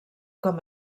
com